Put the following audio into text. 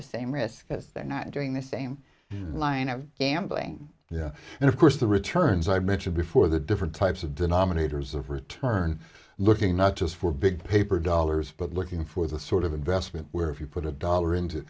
the same risk because they're not doing the same line of gambling yeah and of course the returns i mentioned before the different types of denominators of return looking not just for big paper dollars but looking for the sort of investment where if you put a dollar into